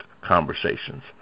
conversations